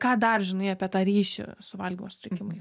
ką dar žinai apie tą ryšį su valgymo sutrikimais